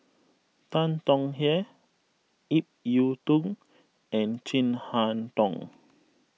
Tan Tong Hye Ip Yiu Tung and Chin Harn Tong